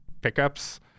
pickups –